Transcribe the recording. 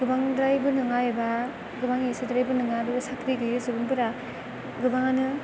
गोबांद्रायबो नङा एबा गोबां एसेद्रायबो नङा बेबायदि साख्रि गैयि सुबुंफोरा गोबाङानो